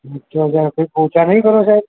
છ હજારથી કંઈક ઓછા નહીં કરો સાહેબ